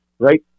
Right